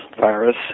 virus